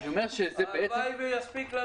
הלוואי וזה יספיק.